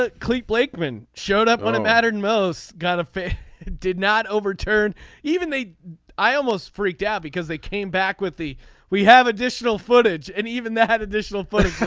ah clete blakeman showed up when it mattered most. god of faith did not overturn even they i almost freaked out because they came back with the we have additional footage and even that additional footage.